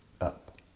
up